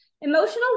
Emotional